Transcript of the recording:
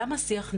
למה שיח נשי?